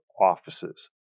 offices